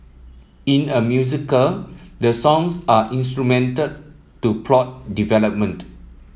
in a musical the songs are instrumental to plot development